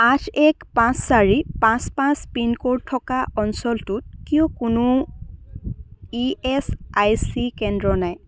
আঠ এক পাঁচ চাৰি পাঁচ পাঁচ পিনক'ড থকা অঞ্চলটোত কিয় কোনো ই এছ আই চি কেন্দ্র নাই